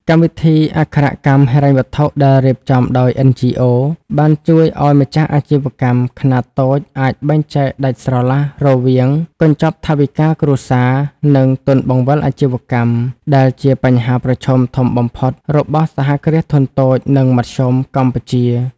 កម្មវិធីអក្ខរកម្មហិរញ្ញវត្ថុដែលរៀបចំដោយ NGOs បានជួយឱ្យម្ចាស់អាជីវកម្មខ្នាតតូចអាចបែងចែកដាច់ស្រឡះរវាង "កញ្ចប់ថវិកាគ្រួសារ" និង "ទុនបង្វិលអាជីវកម្ម" ដែលជាបញ្ហាប្រឈមធំបំផុតរបស់ សហគ្រាសធុនតូច និងមធ្យមកម្ពុជា។